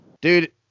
dude